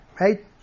right